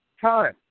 time